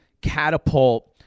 catapult